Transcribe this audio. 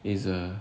it's a